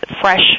fresh